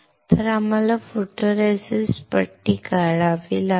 तर आम्हाला फोटोरेसिस्ट पट्टी करावी लागेल